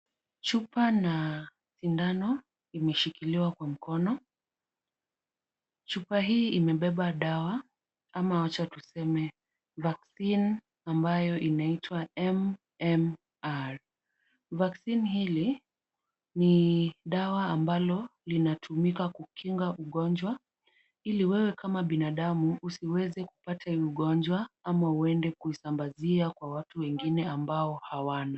Chupa na sindano imeshikiliwa kwa mkono. Chupa hii imebeba dawa, ama wacha tuseme vaccine amabayo inatwa MMR, vaccine ni dawa ambalo linatumika kukinga ugonjwa, ili wewe kama binadamu usiweze kupata hii ugonjwa ama uende kuisambazia kwa watu ambao hawana